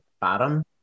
bottom